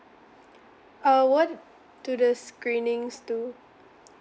uh what do the screenings do